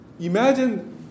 imagine